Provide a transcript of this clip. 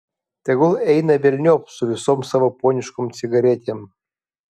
tegul eina velniop su visom savo poniškom cigaretėm